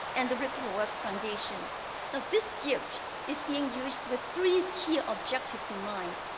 and the ripple works foundation this gift is being used with three key objectives in mind.